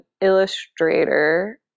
illustrator